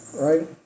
right